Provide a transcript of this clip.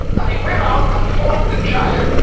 and he went out and fought the giant,